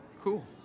Cool